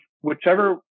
whichever